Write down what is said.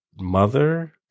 mother